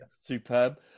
Superb